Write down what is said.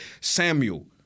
Samuel